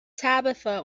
tabitha